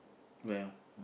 wait ah